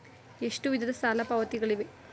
ಎಷ್ಟು ವಿಧದ ಸಾಲ ಪಾವತಿಗಳಿವೆ?